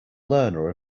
learner